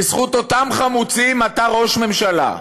בזכות אותם חמוצים אתה ראש ממשלה.